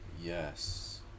yes